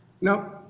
No